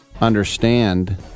understand